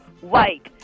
white